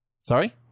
Sorry